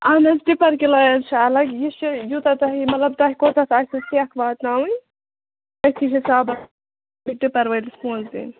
اَہَن حظ ٹِپر کِراے حظ چھِ اَلگ یُس یہِ یوتاہ تۄہہِ مطلب تۄہہِ کوتَتھ آسوٕ سیٚکھ واتناوٕنۍ أتھی حِسابَس ٹِپر وٲلِس پوٚنسہٕ دِنۍ